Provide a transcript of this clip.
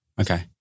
Okay